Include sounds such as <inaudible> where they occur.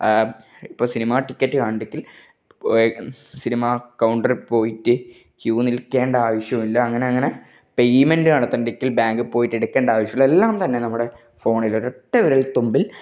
ഇപ്പോൾ cinema ticket <unintelligible> cinema കൗണ്ടറി പോയിട്ട് ക്യു നില്ക്കേണ്ട ആവശ്യമില്ല അങ്ങനെ അങ്ങനെ പെയ്മെന്റ് നടത്തെണ്ടതെങ്കിൽ ബാങ്ക് പോയിട്ടെടുക്കേണ്ട ആവശ്യമില്ല എല്ലാം തന്നെ നമ്മുടെ ഫോണിലൊരൊറ്റ വിരല് തുമ്പില്